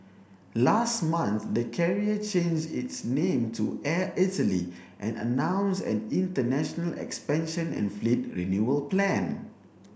last month the Carrier changed its name to Air Italy and announced an international expansion and fleet renewal plan